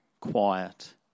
quiet